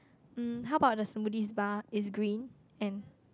mm how about the smoothies bar is green and